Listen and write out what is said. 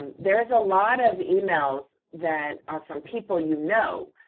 and there's a lot of emails that are from people you know,